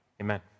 Amen